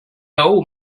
old